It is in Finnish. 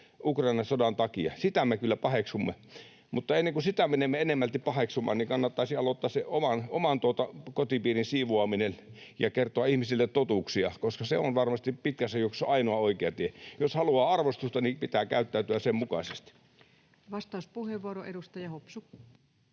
Ukrainan sodan takia, ja sitä me kyllä paheksumme — mutta ennen kuin sitä menemme enemmälti paheksumaan, niin kannattaisi aloittaa se oman kotipiirin siivoaminen ja kertoa ihmisille totuuksia, koska se on varmasti pitkässä juoksussa ainoa oikea tie. Jos haluaa arvostusta, pitää käyttäytyä sen mukaisesti. [Speech 165] Speaker: